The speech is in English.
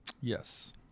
Yes